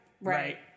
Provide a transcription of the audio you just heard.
Right